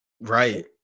Right